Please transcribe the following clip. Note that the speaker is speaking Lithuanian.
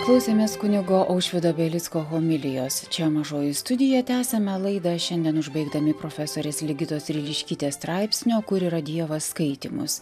klausėmės kunigo aušvydo belicko homilijos čia mažoji studija tęsiame laidą šiandien užbaigdami profesorės ligitos ryliškytės straipsnio kur yra dievas skaitymus